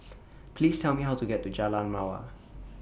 Please Tell Me How to get to Jalan Mawar